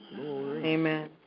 Amen